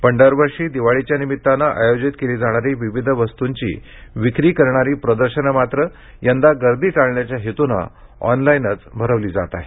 पण दरवर्षी दिवाळीच्या निमितानं आयोजित केली जाणारी विविध वस्तूंची विक्री करणारी प्रदर्शनं मात्र यंदा गर्दी टाळण्याच्या हेतून ऑनलाइनच भरवली जात आहेत